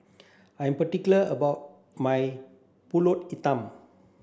I am particular about my Pulut Hitam